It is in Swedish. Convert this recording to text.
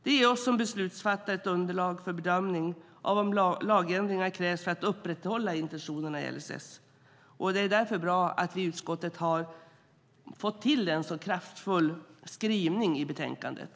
Det ger oss som beslutsfattare ett underlag för bedömning av om lagändringar krävs för att upprätthålla intentionerna i LSS. Det är därför bra att vi i utskottet har fått till en så kraftfull skrivning i betänkandet.